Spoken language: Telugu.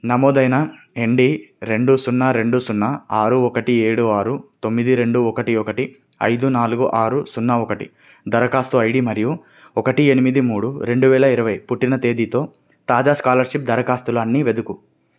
నమోదైన ఎన్డి రెండు సున్నా రెండు సున్నా ఆరు ఒకటి ఏడు ఆరు తొమ్మిది రెండు ఒకటి ఒకటి ఐదు నాలుగు ఆరు సున్నా ఒకటి దరఖాస్తు ఐడి మరియు ఒకటి ఎనిమిది మూడు రెండు వేల ఇరవై పుట్టిన తేదీతో తాజా స్కాలర్షిప్ దరఖాస్తులు అన్ని వెదుకు